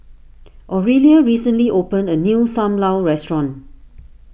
Aurelia recently opened a new Sam Lau restaurant